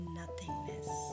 nothingness